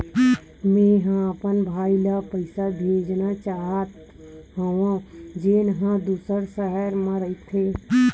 मेंहा अपन भाई ला पइसा भेजना चाहत हव, जेन हा दूसर शहर मा रहिथे